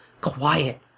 quiet